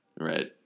Right